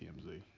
TMZ